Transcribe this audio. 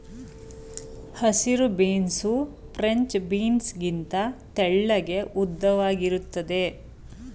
ಹಸಿರು beans French beans ಗಿಂತ ತೆಳ್ಳಗೆ ಉದ್ದವಾಗಿರುತ್ತದೆ